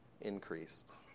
increased